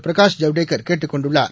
பிரகாஷ் ஜவ்டேகர்கேட்டுக் கொண்டுள்ளார்